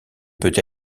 peut